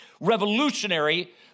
revolutionary